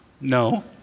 No